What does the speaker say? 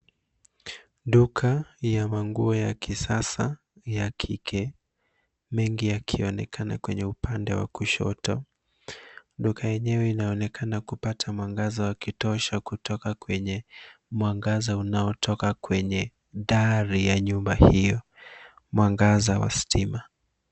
Duka ya manguo ya kisasa ya kike, mengi yakionekana kwenye upande wa kushoto. Duka lenyewe linaonekana kupata mwangaza wa kutosha kutoka kwenye mwangaza unaotoka kwenye dari ya nyumba hiyo. Mwangaza wa stima.